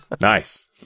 Nice